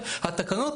כשהתקבלה ההחלטה,